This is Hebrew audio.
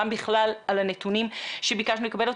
גם בכלל על הנתונים שביקשנו לקבל,